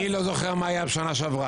אני לא זוכר מה היה בשנה שעברה.